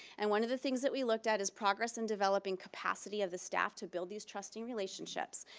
and one of the things that we looked at is progress in developing capacity of the staff to build these trusting relationships,